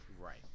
Right